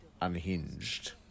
unhinged